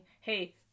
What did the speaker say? hey